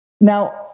Now